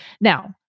Now